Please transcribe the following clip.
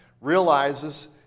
realizes